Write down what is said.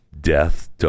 death